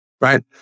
right